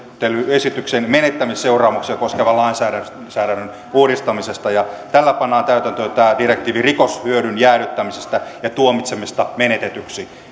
esityksen menettämisseuraamuksia koskevan lainsäädännön lainsäädännön uudistamisesta tällä pannaan täytäntöön tämä direktiivi rikoshyödyn jäädyttämisestä ja tuomitsemisesta menetetyksi